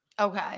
okay